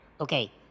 okay